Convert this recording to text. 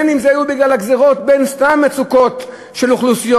בין אם זה היה בגלל הגזירות ובין סתם מצוקות של אוכלוסיות.